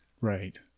Right